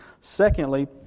Secondly